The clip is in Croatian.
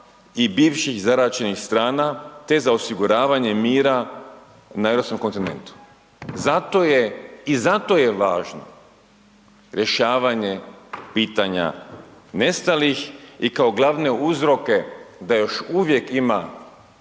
i bivših zaraćenih strana, te za osiguravanje mira na europskome kontinentu. Zato je i zato je važno rješavanje pitanja nestalih i kao glavne uzroke da još uvijek ima